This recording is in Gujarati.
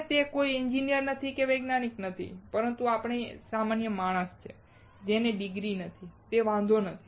ભલે તે કોઈ એન્જિનિયર છે કે વૈજ્ઞાનિક છે અથવા સામાન્ય માણસ છે કે જેની ડિગ્રી નથી તે વાંધો નથી પરંતુ તેનો અનુભવ ઘણો હોઈ શકે છે